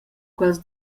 quels